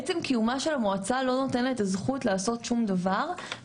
עצם קיומה של המועצה לא נותן לה את הזכות לעשות שום דבר.